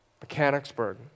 Mechanicsburg